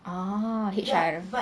oh H_R